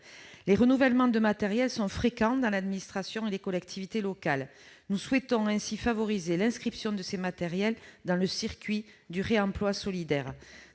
Les renouvellements de matériel sont fréquents dans l'administration et les collectivités locales. Nous souhaitons favoriser l'inscription de ces matériels dans le circuit du réemploi solidaire.